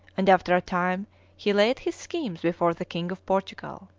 and after a time he laid his schemes before the king of portugal.